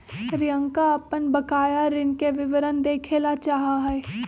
रियंका अपन बकाया ऋण के विवरण देखे ला चाहा हई